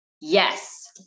Yes